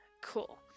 Cool